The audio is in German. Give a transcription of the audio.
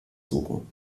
suchen